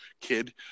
kid